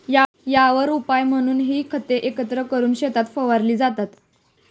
यावर उपाय म्हणून ही खते एकत्र करून शेतात फवारली जातात